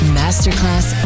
masterclass